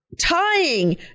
tying